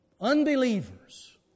Unbelievers